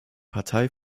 partei